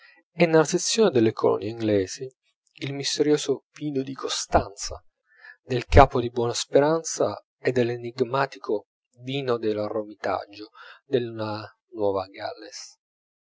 e nella sezione delle colonie inglesi il misterioso vino di costanza del capo di buona speranza e l'enigmatico vino del romitaggio della nuova galles